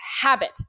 habit